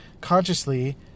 consciously